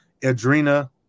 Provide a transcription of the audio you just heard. Adrena